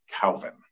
Calvin